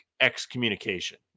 excommunication